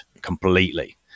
completely